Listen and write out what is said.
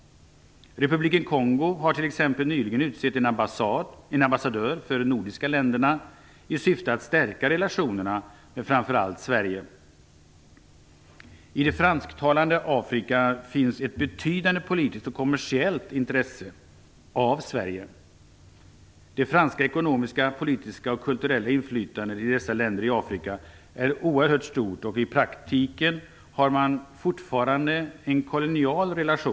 Republiken Kongo har t.ex. nyligen utsett en ambassadör för de nordiska länderna i syfte att stärka relationerna med framför allt Sverige. I det fransktalande Afrika finns det ett betydande politiskt och kommersiellt intresse av Sverige. Det franska ekonomiska, politiska och kulturella inflytandet i vissa länder i Afrika är oerhört stort. I praktiken har man fortfarande en kolonial relation.